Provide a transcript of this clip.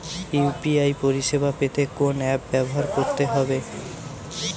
UPI পরিসেবা পেতে কোন অ্যাপ ব্যবহার করতে হবে?